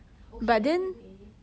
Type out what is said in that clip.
but then